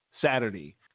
Saturday